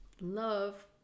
Love